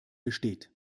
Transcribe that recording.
besteht